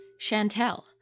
chantel